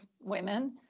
women